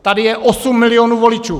Tady je 8 milionů voličů.